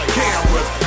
cameras